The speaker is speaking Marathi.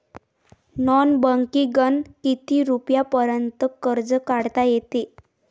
नॉन बँकिंगनं किती रुपयापर्यंत कर्ज काढता येते?